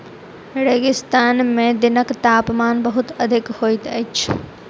रेगिस्तान में दिनक तापमान बहुत अधिक होइत अछि